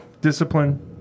discipline